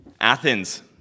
Athens